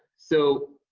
so,